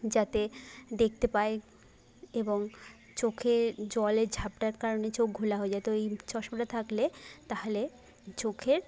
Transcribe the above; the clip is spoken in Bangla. যাতে দেখতে পায় এবং চোখে জলে ঝাঁপটার কারণে চোখ ঘোলা হয়ে যায় তো এই চশমাটা থাকলে তাহলে চোখের